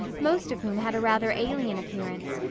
most of whom had a rather alien appearance,